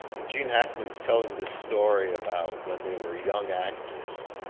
and gene hackman's telling this story about when they were young actors.